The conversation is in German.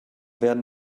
werden